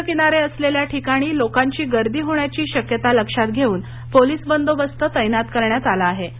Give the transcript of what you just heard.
समुद्र किनारे असलेल्या ठिकाणी लोकांची गर्दी होण्याची शक्यता लक्षात घेऊन पोलीस बंदोबस्त तैनात करण्यात आला आहे